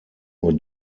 nur